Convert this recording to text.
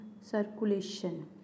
Circulation